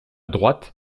droite